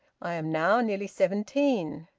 i am now nearly seventeen.